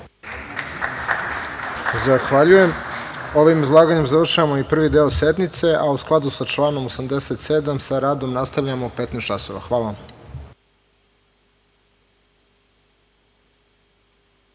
Zahvaljujem. Ovim izlaganjem završavamo i prvi deo sednice.U skladu sa članom 87. sa radom nastavljamo u 15.00 časova. Hvala